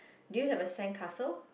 do you have a sandcastle